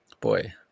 boy